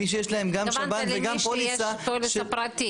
מי שיש להם גם שב"ן וגם פוליסה --- התכוונת למי שיש פוליסה פרטית.